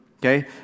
okay